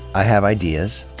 i have ideas.